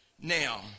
Now